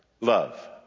Love